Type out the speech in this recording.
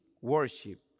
worship